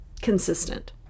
consistent